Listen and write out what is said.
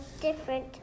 different